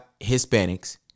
Hispanics